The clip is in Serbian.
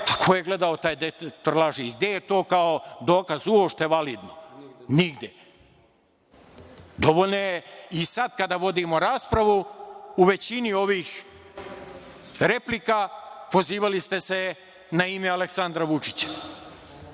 ko je gledao taj detektor laži i gde je to kao dokaz uopšte validno? Nigde. Dovoljno je, i sada kada vodimo raspravu u većini ovih replika pozivali ste se na ime Aleksandra Vučića,